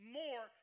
more